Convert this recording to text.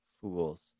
fools